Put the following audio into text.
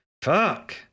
fuck